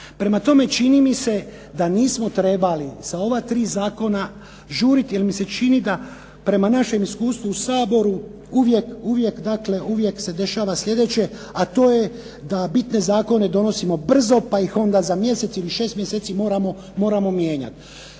Prema tome, čini mi se da nismo trebali sa ova tri zakona žuriti jer mi se čini da prema našem iskustvu u Saboru uvijek se dešava sljedeće, a to je da bitne zakone donosimo brzo pa ih onda za mjesec ili šest mjeseci moramo mijenjat.